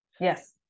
Yes